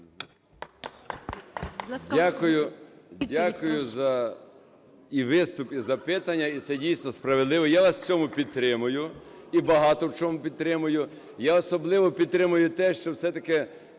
Дякую за і виступ, і запитання. І це дійсно справедливо. Я вас в цьому підтримую і багато в чому підтримую. Я особливо підтримую те, що все-таки